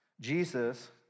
Jesus